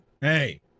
hey